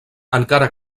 encara